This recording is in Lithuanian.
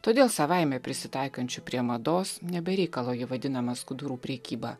todėl savaime prisitaikančių prie mados ne be reikalo ji vadinama skudurų prekyba